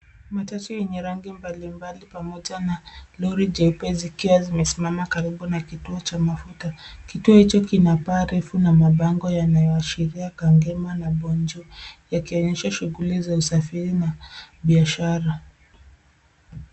Matatu yenye rangi mbalimbali pamoja na lori jeupe zikiwa zimesimama karibu na kituo cha mafuta. Kituo hicho kina paa refu na mabango yanayoashiria Kangema na Bonjour yakionyesha shughuli za usafiri na biashara.